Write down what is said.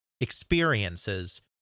experiences